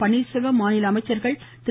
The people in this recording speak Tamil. பன்னீர்செல்வம் மாநில அமைச்சர்கள் திரு